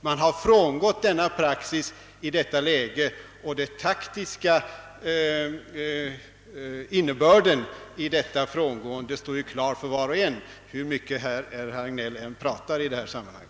Man har frångått denna praxis i detta läge, och den taktiska innebörden i detta frångående står ju klar för var och en, hur mycket än herr Hagnell pratar i detta sammanhang.